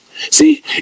See